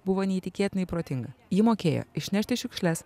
buvo neįtikėtinai protinga ji mokėjo išnešti šiukšles